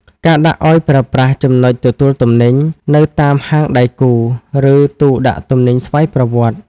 ការដាក់ឱ្យប្រើប្រាស់ចំណុចទទួលទំនិញ នៅតាមហាងដៃគូ ឬទូដាក់ទំនិញស្វ័យប្រវត្តិ ។